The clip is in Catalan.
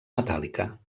metàl·lica